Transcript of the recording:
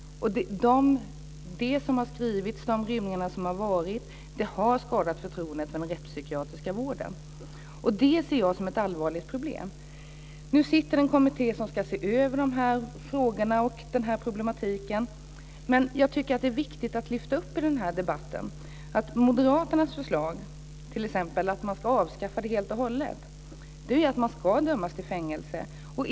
Det som har skrivits och de rymningar som har varit har skadat förtroendet för den rättspsykiatriska vården. Det ser jag som ett allvarligt problem. Nu sitter det en kommitté som ska se över de här frågorna och den här problematiken. Det är viktigt, tycker jag, att lyfta fram i den här debatten att moderaternas förslag, t.ex. att påföljden ska avskaffas helt och hållet, gör att man ska dömas till fängelse.